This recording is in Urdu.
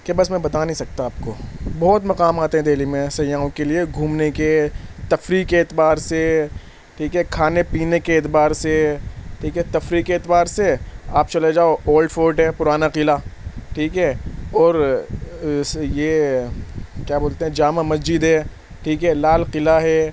کہ بس میں بتا نہیں سکتا آپ کو بہت مقامات ہیں دہلی میں سیاحوں کے لیے گھومنے کے تفریح کے اعتبار سے ٹھیک ہے کھانے پینے کے اعتبار سے ٹھیک ہے تفریح کے اعتبار سے آپ چلے جاؤ اولڈ فورٹ ہے پرانا قلعہ ٹھیک ہے اور یہ کیا بولتے ہیں جامع مسجد ہے ٹھیک ہے لال قلعہ ہے